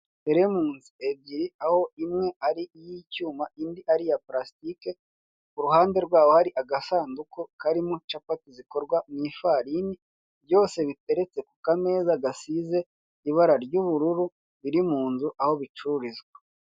Teremusi ebyiri aho imwe ari iy'icyuma indi ari iya parasitike. Iruhande rwayo hari agasanduku karimo capati zikorwa mu ifarini. Byose biteretse ku kameza gasize ibara ry'ubururu biri mu nzu aho bicururizwa.